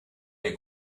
der